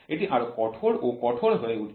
এটি আরও কঠোর ও কঠোর হয়ে উঠছে